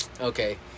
Okay